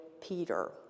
Peter